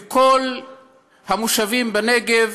בכל המושבים בנגב,